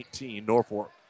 Norfolk